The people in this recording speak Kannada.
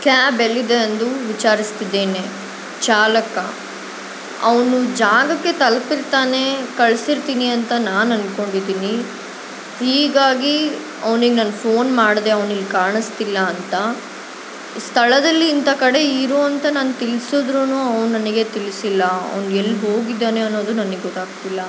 ಕ್ಯಾಬ್ ಎಲ್ಲಿದೆ ಎಂದು ವಿಚಾರಿಸ್ತಿದ್ದೇನೆ ಚಾಲಕ ಅವನು ಜಾಗಕ್ಕೆ ತಲುಪಿರ್ತಾನೆ ಕಳಿಸಿರ್ತೀನಿ ಅಂತ ನಾನು ಅನ್ಕೊಂಡಿದ್ದೀನಿ ಹೀಗಾಗಿ ಅವ್ನಿಗೆ ನಾನು ಫೋನ್ ಮಾಡಿದೆ ಅವ್ನಿಲ್ಲಿ ಕಾಣಿಸ್ತಿಲ್ಲ ಅಂಥ ಸ್ಥಳದಲ್ಲಿ ಇಂಥ ಕಡೆ ಇರು ಅಂತ ನಾನು ತಿಳ್ಸುದ್ರು ಅವ್ನು ನನಗೆ ತಿಳಿಸಿಲ್ಲ ಅವ್ನು ಎಲ್ಲಿ ಹೋಗಿದ್ದಾನೆ ಅನ್ನೋದು ನನಗೆ ಗೊತ್ತಾಗ್ತಿಲ್ಲ